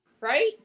right